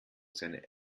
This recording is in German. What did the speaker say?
seine